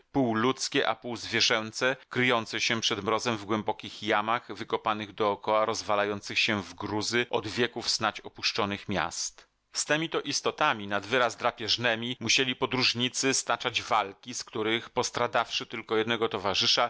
pół ludzkie a pół zwierzęce kryjące się przed mrozem w głębokich jamach wykopanych dokoła rozwalających się w gruzy od wieków snadź opuszczonych miast z temi to istotami nad wyraz drapieżnemi musieli podróżnicy staczać walki z których postradawszy tylko jednego towarzysza